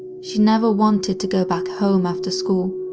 she never wanted to go back home after school,